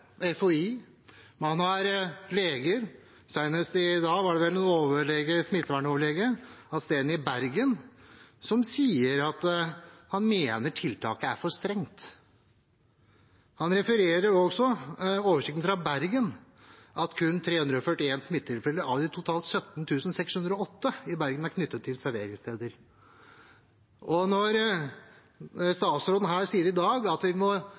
leger. Senest i dag var det en smittevernoverlege i Bergen som sa at han mener tiltaket er for strengt. Han referer også til oversikten fra Bergen som viser at «kun 341 smittetilfeller av de totalt 17.608 i Bergen er knyttet til serveringssteder.» Når statsråden sier her i dag at vi må